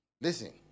listen